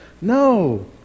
No